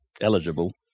eligible